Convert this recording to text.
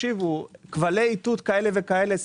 כבלים איתות כאלה וכאלה,